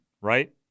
right